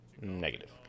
Negative